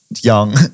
young